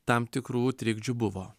tam tikrų trikdžių buvo